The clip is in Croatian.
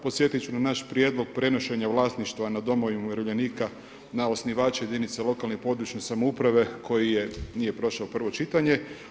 Podsjetiti ću na naš prijedlog prenošenje vlasništva nad domove umirovljenika, na osnivače jedinice lokalne i područne samouprave, koji je nije prošao prvo čitanje.